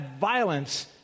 violence